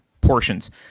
portions